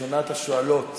ראשונת השואלות